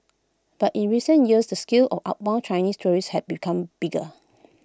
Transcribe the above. but in recent years the scale of outbound Chinese tourists had become bigger